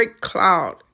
cloud